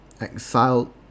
exiled